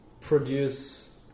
produce